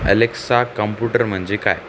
Alexa computer म्हणजे काय